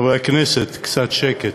חברי הכנסת, קצת שקט.